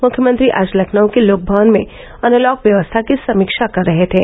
मुख्यमंत्री आज लखनऊ के लोकभवन में अनलॉक व्यवस्था की समीक्षा कर रहे थे